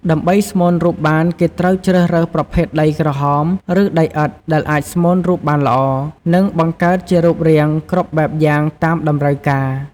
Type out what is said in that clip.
ដើម្បីស្មូនរូបបានគេត្រូវជ្រើសរើសប្រភេដដីក្រហមឬដីឥដ្ធដែលអាចស្មូនរូបបានល្អ និងបង្កើតជារូបរាងគ្រប់បែបយ៉ាងតាមតម្រូវការ។